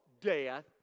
death